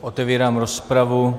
Otevírám rozpravu.